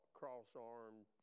cross-armed